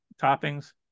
toppings